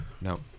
No